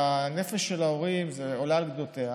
והנפש של ההורים עולה על גדותיה.